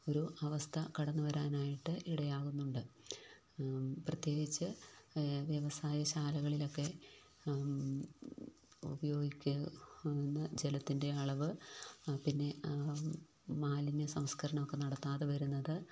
ഒരു അവസ്ഥ കടന്ന് വരാനായിട്ട് ഇടയാകുന്നുണ്ട് പ്രത്യേകിച്ച് വ്യവസായശാലകളിലൊക്കെ ഉപയോഗിക്കു ന്ന ജലത്തിൻറ്റെയളവ് പിന്നെ മാലിന്യ സംസ്കരണം ഒക്കെ നടത്താതെ വരുന്നത്